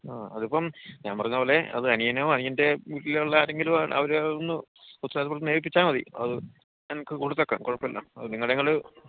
ആ അതിപ്പോള് ഞാന് പറഞ്ഞതുപോലെ അത് അനിയനോ അനിയൻ്റെ വീട്ടിലുള്ള ആരെങ്കിലുമാണ് അവരെ ഒന്ന് ഉത്തരവാദിത്തപൂര്വം ഏൽപ്പിച്ചാല് മതി അത് ഞങ്ങള്ക്കു കൊടുത്തേക്കാം കുഴപ്പമില്ല അത് നിങ്ങളേംകൂടിയൊരു